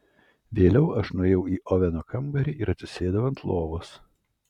vėliau aš nuėjau į oveno kambarį ir atsisėdau ant lovos